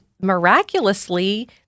miraculously